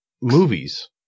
movies